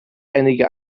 einige